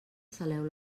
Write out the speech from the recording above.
saleu